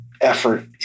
effort